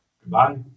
Goodbye